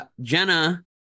Jenna